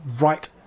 right